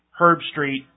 Herbstreet